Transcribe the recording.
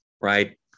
right